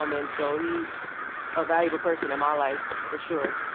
um and so he's a valuable person in my life for sure.